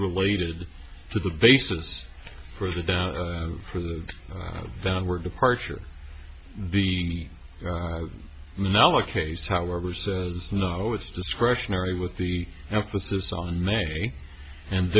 related to the basis for the doubt for the downward departure the knowledge case however says no it's discretionary with the emphasis on me and